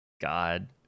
God